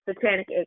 satanic